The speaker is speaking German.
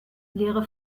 leere